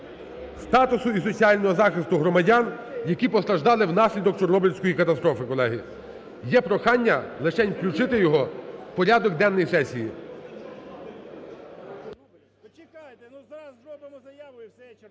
статусу і соціального захисту громадян, які постраждали внаслідок Чорнобильської катастрофи, колеги. Є прохання лишень включити його в порядок денний сесії.